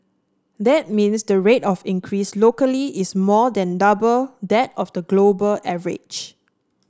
that means the rate of increase locally is more than double that of the global average